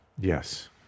Yes